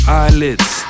eyelids